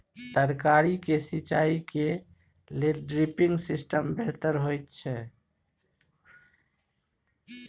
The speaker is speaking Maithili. तरकारी के सिंचाई के लेल ड्रिपिंग सिस्टम बेहतर होए छै?